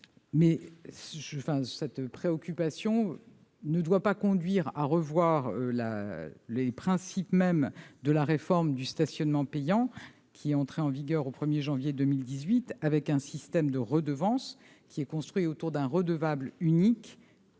cette préoccupation ne doit pas conduire à revoir les principes mêmes de la réforme du stationnement payant, entrée en vigueur le 1 janvier 2018, et qui prévoit un système de redevance construit autour d'un redevable unique